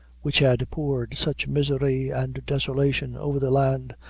which had poured such misery and desolation over the land,